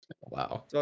wow